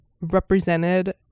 represented